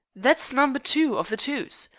that's number two of the twos.